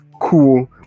cool